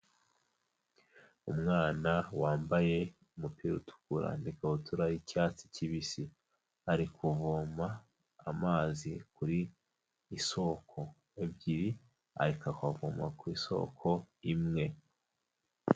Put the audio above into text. Umwana wambaye umupira utukura n'ikabutura y'icyatsi kibisi, ari kuvoma amazi kuri isoko ebyiri ariko akavoma ku isoko imwe.